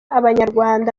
abanyarwanda